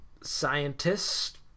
scientist